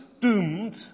doomed